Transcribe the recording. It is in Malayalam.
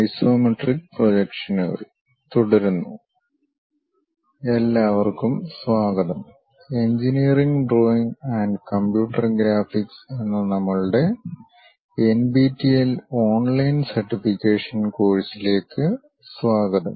ഐസോമെട്രിക് പ്രൊജക്ഷനുകൾ തുടരുന്നു എല്ലാവർക്കും സ്വാഗതം engineering drawing and computer graphics എന്ന നമ്മളുടെ എൻപിടിഎൽ ഓൺലൈൻ സർട്ടിഫിക്കേഷൻ കോഴ്സിലേക്ക് സ്വാഗതം